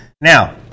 now